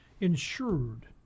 insured